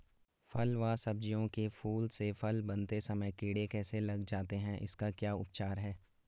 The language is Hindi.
फ़ल व सब्जियों के फूल से फल बनते समय कीड़े कैसे लग जाते हैं इसका क्या उपचार है?